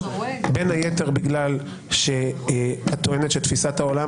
בין היתר בגלל שאת טוענת שתפיסת העולם